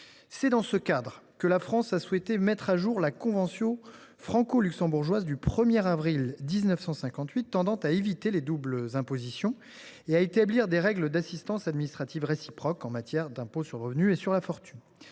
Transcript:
C’est dans ce cadre que la France a souhaité mettre à jour la convention franco luxembourgeoise du 1 avril 1958 tendant à éviter les doubles impositions et à établir des règles d’assistance administrative réciproque en matière d’impôts sur le revenu et sur la fortune.